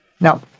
Now